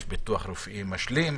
יש ביטוח רפואי משלים,